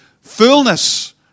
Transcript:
fullness